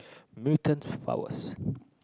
mutant powers